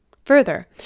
Further